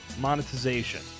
monetization